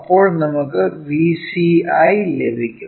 അപ്പോൾ നമുക്ക് Vc1 ലഭിക്കും